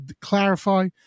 clarify